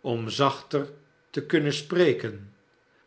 om zachter te kunnen spreken